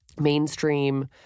mainstream